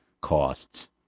costs